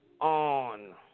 on